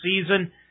season